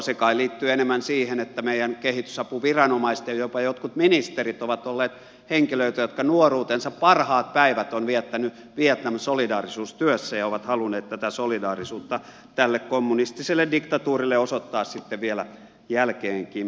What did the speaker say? se kai liittyy enemmän siihen että meidän kehitysapuviranomaiset ja jopa jotkut ministerit ovat olleet henkilöitä jotka nuoruutensa parhaat päivät ovat viettäneet vietnam solidaarisuustyössä ja ovat halunneet tätä solidaarisuutta tälle kommunistiselle diktatuurille osoittaa sitten vielä jälkeenpäinkin